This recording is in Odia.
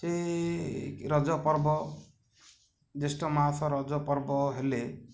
ସେ ରଜପର୍ବ ଜ୍ୟେଷ୍ଠ ମାସ ରଜପର୍ବ ହେଲେ